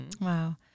Wow